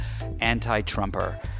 anti-Trumper